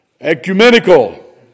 Ecumenical